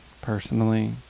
personally